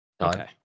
Okay